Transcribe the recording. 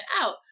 out